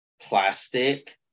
plastic